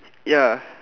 ya